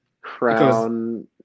crown